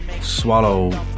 swallow